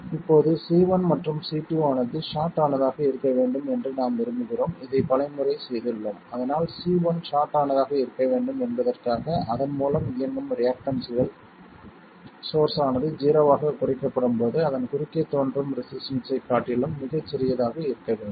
இப்போது C1 மற்றும் C2 ஆனது ஷார்ட் ஆனதாக இருக்க வேண்டும் என்று நாம் விரும்புகிறோம் இதைப் பலமுறை செய்துள்ளோம் அதனால் C1 ஷார்ட் ஆனதாக இருக்க வேண்டும் என்பதற்காக அதன் மூலம் இயங்கும் ரியாக்டன்ஸ்கள் சோர்ஸ் ஆனது ஜீரோவாகக் குறைக்கப்படும்போது அதன் குறுக்கே தோன்றும் ரெசிஸ்டன்ஸ்ஸைக் காட்டிலும் மிகச் சிறியதாக இருக்க வேண்டும்